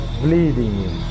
bleeding